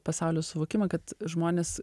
pasaulio suvokimą kad žmonės